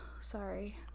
Sorry